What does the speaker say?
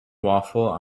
waffle